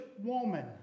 woman